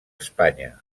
espanya